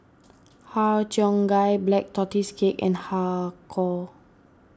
Har Cheong Gai Black Tortoise Cake and Har Kow